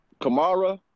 Kamara